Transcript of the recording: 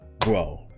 grow